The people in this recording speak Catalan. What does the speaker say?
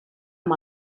amb